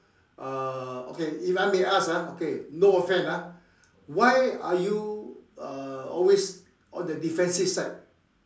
uh okay if I may ask ah okay no offend ah why are you uh always on the defensive side